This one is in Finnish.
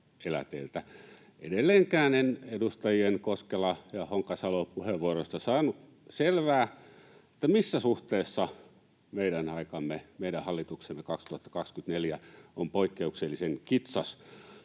Edelleenkään en edustajien Koskela ja Honkasalo puheenvuoroista saanut selvää, missä suhteessa meidän aikamme ja meidän hallituksemme vuonna 2024 on poikkeuksellisen kitsas.